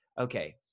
okay